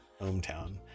hometown